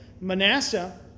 Manasseh